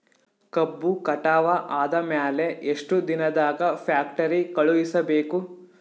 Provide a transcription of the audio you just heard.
ಕಬ್ಬು ಕಟಾವ ಆದ ಮ್ಯಾಲೆ ಎಷ್ಟು ದಿನದಾಗ ಫ್ಯಾಕ್ಟರಿ ಕಳುಹಿಸಬೇಕು?